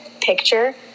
picture